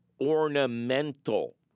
ornamental